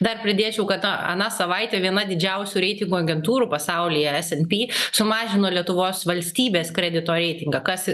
dar pridėčiau kad ta aną savaitę viena didžiausių reitingų agentūrų pasaulyje esempi sumažino lietuvos valstybės kredito reitingą kas